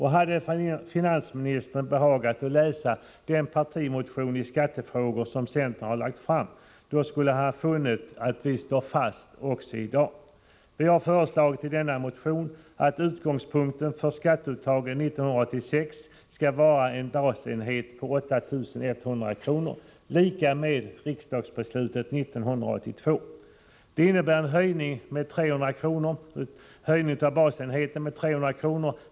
Hade finansministern behagat att läsa den partimotion i skattefrågor som centern lagt fram, skulle han ha funnit att vi står fast också i dag. Vi har i denna motion föreslagit att utgångspunkten för skatteuttaget för 1986 skall vara en basenhet på 8 100 kr., lika med riksdagsbeslutet 1982. Det innebär en höjning av basenheten med 300 kr.